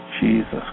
Jesus